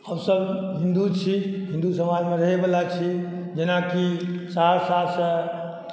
हमसब हिन्दू छी हिन्दू समाजमे रहैवला छी जेनाकि सहरसासँ